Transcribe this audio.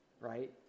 right